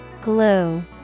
Glue